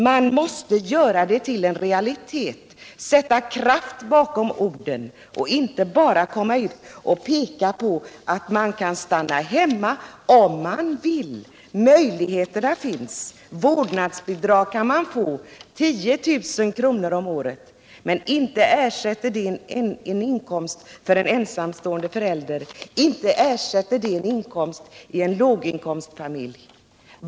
Man måste göra det tillen realitet, sätta kraft bakom orden och inte bara peka på att man kan stanna hemma om man vill. Möjligheterna finns; vårdnadsbidrag kan man få, 10 000 kr. om året, men inte ersätter det en inkomst för en ensamstående förälder, inte ersätter det en inkomst i en låginkomstfamilj.